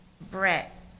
Brett